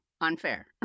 Unfair